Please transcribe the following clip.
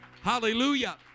Hallelujah